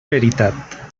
veritat